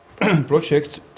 project